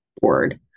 board